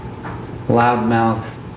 loudmouth